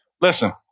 Listen